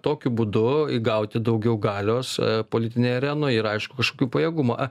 tokiu būdu įgauti daugiau galios politinėj arenoj ir aišku kažkokių pajėgumą